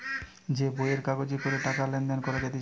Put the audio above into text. যে বইয়ের কাগজে করে টাকা লেনদেন করা যাইতেছে